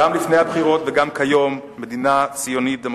גם לפני הבחירות וגם כיום: מדינה ציונית-דמוקרטית,